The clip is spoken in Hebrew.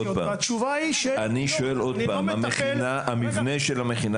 והתשובה היא שאני לא --- אני שואל עוד פעם: המבנה של המכינה